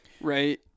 right